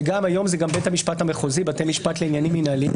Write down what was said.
והיום זה גם בית המשפט המחוזי בתי משפט לעניינים מינהליים